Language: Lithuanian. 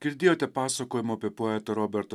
girdėjote pasakojimą apie poetą robertą